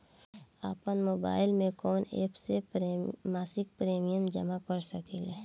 आपनमोबाइल में कवन एप से मासिक प्रिमियम जमा कर सकिले?